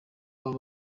baba